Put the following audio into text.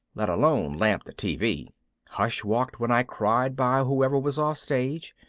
let alone lamped a tv hush-walked when i cried by whoever was off stage,